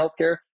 healthcare